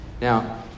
Now